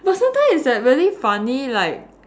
but sometimes is like really funny like